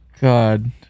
God